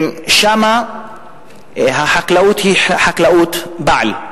שאצלם החקלאות היא חקלאות בעל,